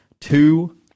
two